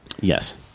Yes